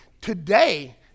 Today